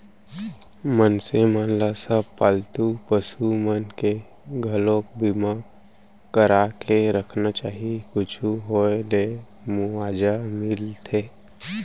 मनसे मन ल सब पालतू पसु मन के घलोक बीमा करा के रखना चाही कुछु होय ले मुवाजा मिलथे